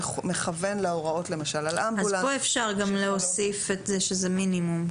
מכוון להוראות על אמבולנס -- אז פה אפשר גם להוסיף את זה שזה מינימום,